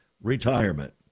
retirement